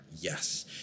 Yes